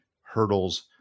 hurdles